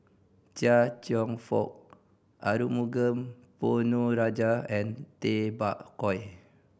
Chia Cheong Fook Arumugam Ponnu Rajah and Tay Bak Koi